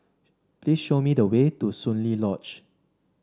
please show me the way to Soon Lee Lodge